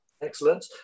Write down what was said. Excellent